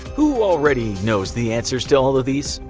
who already knows the answers to all of these?